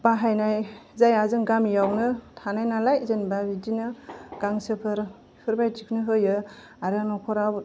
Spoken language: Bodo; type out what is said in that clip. बाहायनाय जाया जों गामियावनो थानाय नालाय जेनेबा बिदिनो गांसोफोर बिफोरबादिखौनो होयो आरो नख'राव